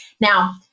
Now